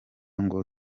ngo